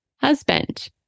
husband